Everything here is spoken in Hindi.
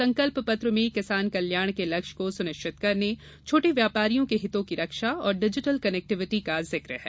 संकल्प पत्र में किसान कल्याण के लक्ष्य को सुनिश्चित करने छोटे व्यापारियों के हितों की रक्षा डिजिटल कनेक्टिविटी का जिक है